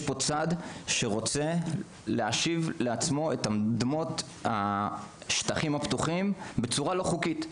יש פה צד שרוצה להשיב לעצמו את אדמות השטחים הפתוחים בצורה לא חוקית,